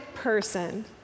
person